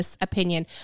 opinion